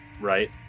right